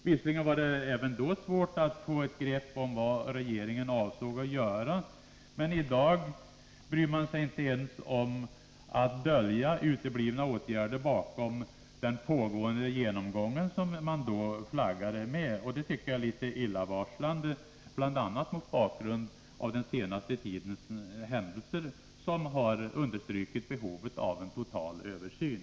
Visserligen var det även tidigare svårt att få en uppfattning om vad regeringen avsåg att göra, men i dag bryr man sig inte ens om att dölja avsaknaden av åtgärder bakom talet om den pågående genomgången, som man då åberopade. Jag tycker att detta är litet illavarslande, bl.a. mot bakgrund av den senaste tidens händelser, som understryker behovet av en total översyn.